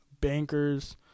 bankers